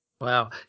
Wow